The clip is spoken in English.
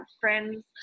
friends